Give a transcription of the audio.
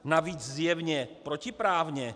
Navíc zjevně protiprávně?